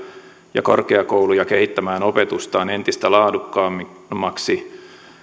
ja korkeakouluja kehittämään opetustaan entistä laadukkaammaksi